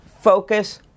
focus